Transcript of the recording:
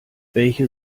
welche